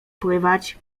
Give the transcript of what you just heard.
pływać